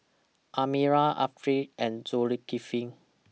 Amirah Afiqah and Zulkifli